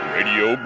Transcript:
Radio